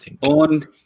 on